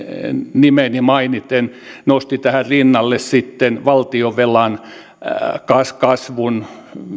nimeni mainiten nosti tähän rinnalle valtionvelan kasvun